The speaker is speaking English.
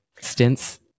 stints